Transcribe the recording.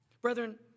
brethren